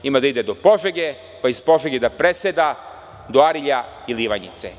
Ima da ide do Požege, pa da preseda do Arilja ili Ivanjice.